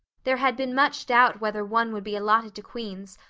there had been much doubt whether one would be allotted to queen's,